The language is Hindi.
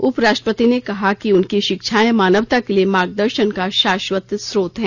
उपराष्ट्रपति ने कहा है कि उनकी शिक्षाएं मानवता के लिए मार्गदर्शन का शाश्वत स्रोत हैं